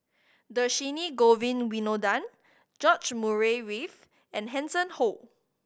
Dhershini Govin Winodan George Murray Reith and Hanson Ho